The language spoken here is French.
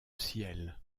ciel